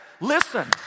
Listen